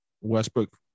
Westbrook